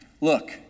look